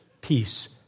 peace